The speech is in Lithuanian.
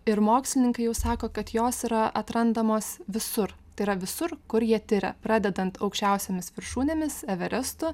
ir mokslininkai jau sako kad jos yra atrandamos visur tai yra visur kur jie tiria pradedant aukščiausiomis viršūnėmis everestu